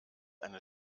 eine